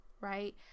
right